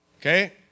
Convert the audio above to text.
Okay